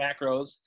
macros